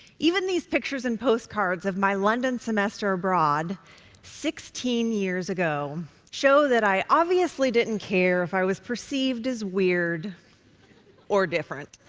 even these pictures and postcards of my london semester abroad sixteen years ago show that i obviously didn't care if i was perceived as weird or different.